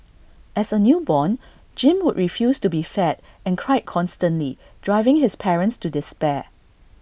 as A newborn Jim would refuse to be fed and cried constantly driving his parents to despair